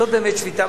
זאת באמת שביתה,